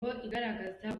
igaragaza